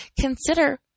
Consider